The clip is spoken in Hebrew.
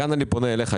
כאן אני פונה אליך,